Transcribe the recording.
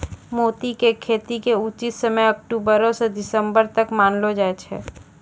मोती के खेती के उचित समय अक्टुबरो स दिसम्बर तक मानलो जाय छै